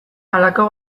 halako